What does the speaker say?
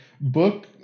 book